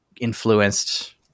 influenced